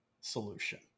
solution